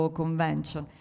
convention